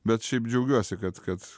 bet šiaip džiaugiuosi kad kad